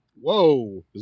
Whoa